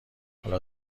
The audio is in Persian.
حالا